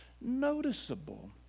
noticeable